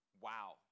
Wow